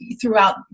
throughout